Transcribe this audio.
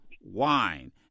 wine